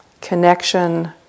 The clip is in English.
connection